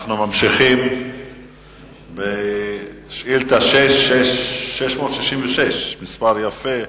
אנחנו ממשיכים בשאילתא מס' 666, מספר יפה,